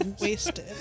Wasted